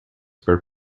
were